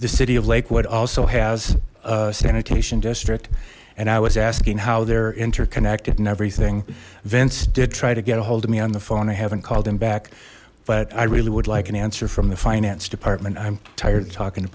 the city of lakewood also has a sanitation district and i was asking how they're interconnected and everything vince did try to get ahold of me on the phone i haven't called him back but i really would like an answer from the finance department i'm tired of talking